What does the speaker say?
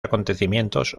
acontecimientos